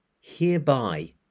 hereby